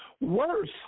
worse